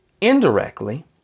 indirectly